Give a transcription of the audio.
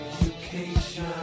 education